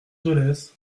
dolez